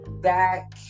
back